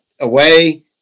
away